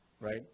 Right